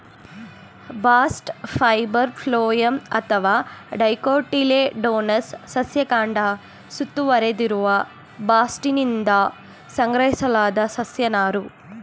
bast fibre phloem ಅಥವಾ dicotyledonous ಸಸ್ಯ ಕಾಂಡ ಸುತ್ತುವರೆದಿರುವ ಬಾಸ್ಟ್ನಿಂದ ಸಂಗ್ರಹಿಸಲಾದ ಸಸ್ಯ ನಾರು